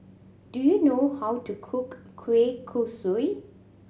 do you know how to cook kueh kosui